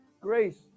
Grace